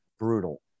brutal